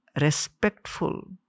respectful